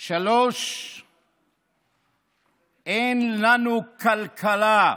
3. אין לנו כלכלה.